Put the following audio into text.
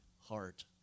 heart